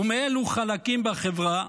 ומאילו חלקים בחברה,